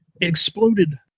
exploded